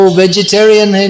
vegetarian